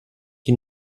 die